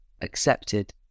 accepted